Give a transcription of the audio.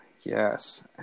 Yes